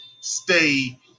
stay